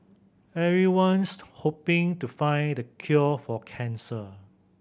everyone's hoping to find the cure for cancer